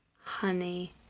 honey